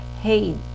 hey